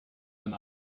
and